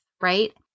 right